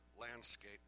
landscape